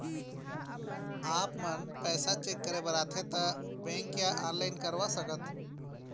आपमन पैसा चेक करे बार आथे ता बैंक या ऑनलाइन करवा सकत?